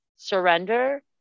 Surrender